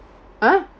!huh!